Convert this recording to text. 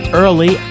early